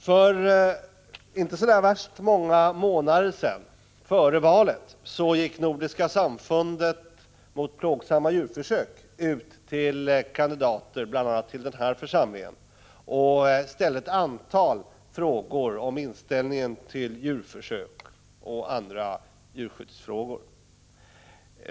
För inte så värst många månader sedan, före valet, gick Nordiska samfundet mot plågsamma djurförsök ut till kandidater bl.a. till den här församlingen och ställde ett antal frågor om inställningen till djurförsök och andra djurskyddsfrågor.